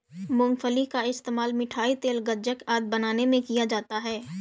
मूंगफली का इस्तेमाल मिठाई, तेल, गज्जक आदि बनाने में किया जाता है